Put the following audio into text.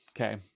Okay